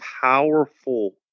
powerful